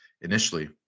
initially